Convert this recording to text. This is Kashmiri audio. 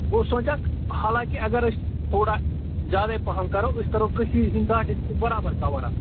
بہٕ اوسُس سونٛچان حالانٛکہِ اگر أسۍ تھوڑا زیادَے پَہَم کَرو أسۍ کَرو کٔشیٖرِ ہٕنٛدۍ دَہ ڈِسٹرک برابَر کَوَر آتھ